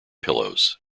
pillows